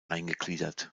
eingegliedert